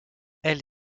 elle